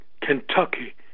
Kentucky